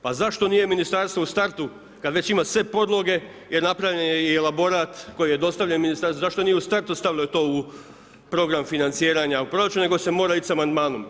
Pa zašto nije Ministarstvo u startu kad već ima sve podloge, jer napravljen je i elaborat koji je dostavljen Ministarstvu, zašto nije u startu stavilo to u program financiranja u proračun, nego se mora ići sa amandmanom?